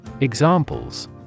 Examples